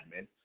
admin